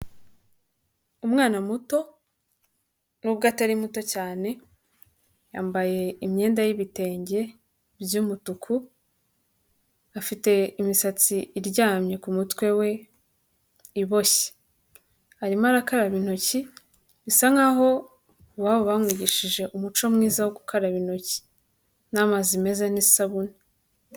Umwana muto, nubwo atari muto cyane, yambaye imyenda y'ibitenge by'umutuku, afite imisatsi iryamye ku mutwe we, iboshye. Arimo arakaraba intoki, bisa nkaho iwabo bamwigishije umuco mwiza wo gukaraba intoki. N'amazi meza n'isabune.